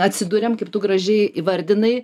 atsiduriam kaip tu gražiai įvardinai